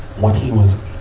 when he was,